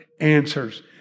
answers